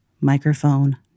Microphone